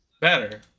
Better